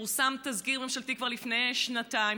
ופורסם תזכיר ממשלתי כבר לפני שנתיים,